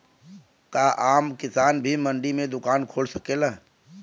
का आम किसान भी मंडी में दुकान खोल सकेला?